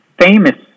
famous